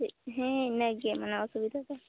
ᱪᱮᱫ ᱦᱮ ᱤᱱᱟᱹᱜᱮ ᱚᱥᱩᱵᱤᱫᱷᱟ ᱫᱚ